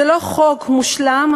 זה לא חוק מושלם,